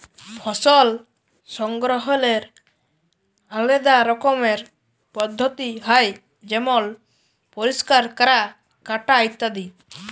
ফসল সংগ্রহলের আলেদা রকমের পদ্ধতি হ্যয় যেমল পরিষ্কার ক্যরা, কাটা ইত্যাদি